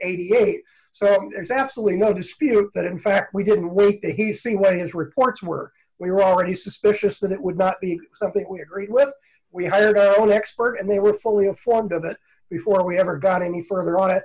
eighty eight so there's absolutely no dispute that in fact we didn't he see what his reports were we were already suspicious that it would not be something we agreed web we had our own expert and they were fully informed of it before we ever got any further on a